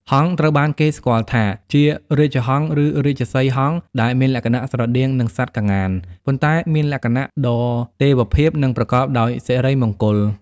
ហង្សត្រូវបានគេស្គាល់ថាជា រាជហង្ស ឬ រាជសីហ៍ហង្ស ដែលមានលក្ខណៈស្រដៀងនឹងសត្វក្ងាន ប៉ុន្តែមានលក្ខណៈដ៏ទេវភាព និងប្រកបដោយសិរីមង្គល។